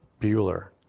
Bueller